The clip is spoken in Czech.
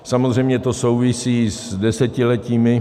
Samozřejmě to souvisí s desetiletími...